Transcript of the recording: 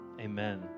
amen